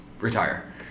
retire